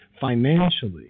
financially